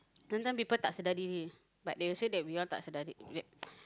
sometime people tak sedar diri but they will say that we all tak sedar di ~